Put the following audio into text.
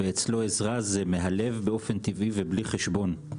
ואצלו עזרה זה מהלב באופן טבעי ובלי חשבון.